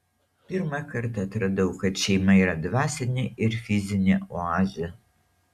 pirmą kartą atradau kad šeima yra dvasinė ir fizinė oazė